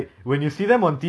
it's like really crazy